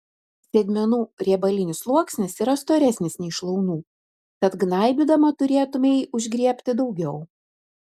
sėdmenų riebalinis sluoksnis yra storesnis nei šlaunų tad gnaibydama turėtumei užgriebti daugiau